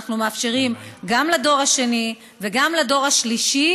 אנחנו מאפשרים גם לדור השני וגם לדור השלישי